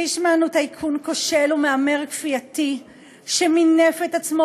פישמן הוא טייקון כושל ומהמר כפייתי שמינף את עצמו